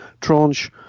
tranche